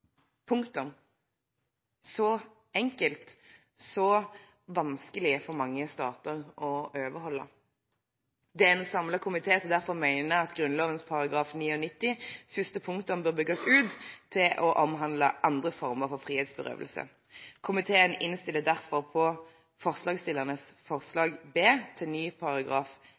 punktum – så enkelt og så vanskelig for mange stater å overholde. Det er en samlet komité som derfor mener at Grunnloven § 99 første punktum bør bygges ut til å omhandle andre former for frihetsberøvelse. Komiteen innstiller derfor på forslagsstillernes forslag B til ny